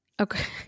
Okay